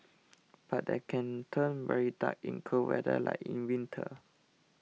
but they can turn very dark in cold weather like in winter